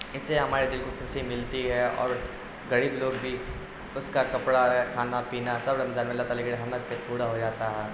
اس سے ہمارے دل کو خوشی ملتی ہے اور غریب لوگ بھی اس کا کپڑا ہے کھانا پینا سب رمضان میں اللہ تعالی کی رحمت سے پورا ہو جاتا ہے